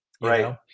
Right